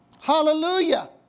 Hallelujah